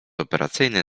operacyjny